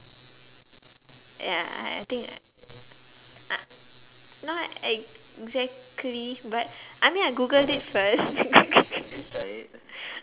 yeah I think uh not exactly but I mean I googled it first